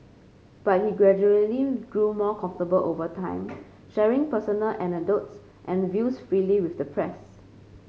but he gradually grew more comfortable over time sharing personal anecdotes and views freely with the press